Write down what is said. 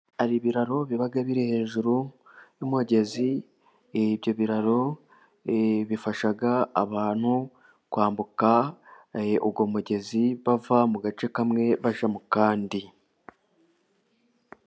Hari ibiraro biba biri hejuru y'umugezi. Ibyo biraro bifasha abantu kwambuka uwo mugezi bava mu gace kamwe bajya mu kandi.